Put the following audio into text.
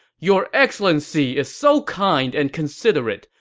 your excellency is so kind and considerate!